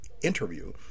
interview